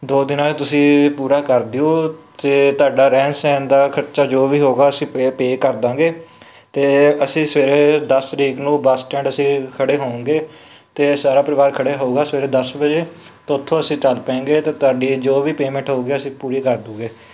ਦੋ ਦਿਨਾਂ ਤੁਸੀਂ ਪੂਰਾ ਕਰ ਦਿਓ ਅਤੇ ਤੁਹਾਡਾ ਰਹਿਣ ਸਹਿਣ ਦਾ ਖਰਚਾ ਜੋ ਵੀ ਹੋਊਗਾ ਅਸੀਂ ਪੇ ਪੇਅ ਕਰ ਦਾਂਗੇ ਅਤੇ ਅਸੀਂ ਸਵੇਰੇ ਦਸ ਤਰੀਕ ਨੂੰ ਬੱਸ ਸਟੈਂਡ ਅਸੀਂ ਖੜ੍ਹੇ ਹੋਊਂਗੇ ਅਤੇ ਸਾਰਾ ਪਰਿਵਾਰ ਖੜ੍ਹੇ ਹੋਊਗਾ ਸਵੇਰੇ ਦਸ ਵਜੇ ਤਾਂ ਉੱਥੋਂ ਅਸੀਂ ਚੱਲ ਪਏਂਗੇ ਅਤੇ ਤੁਹਾਡੀ ਜੋ ਵੀ ਪੇਮੈਂਟ ਹੋਊਗੀ ਅਸੀਂ ਪੂਰੀ ਕਰ ਦੂਗੇ